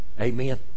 Amen